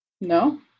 No